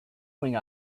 wing